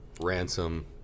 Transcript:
Ransom